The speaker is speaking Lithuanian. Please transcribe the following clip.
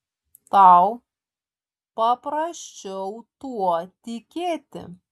tau paprasčiau tuo tikėti